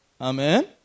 Amen